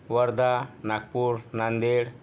Wardha Nagpur Nanded